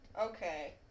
Okay